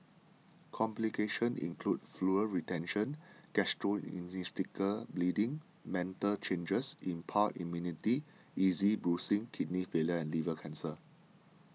complications include fluid retention gastrointestinal bleeding mental changes impaired immunity easy bruising kidney failure and liver cancer